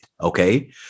Okay